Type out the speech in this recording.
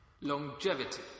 Longevity